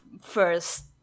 first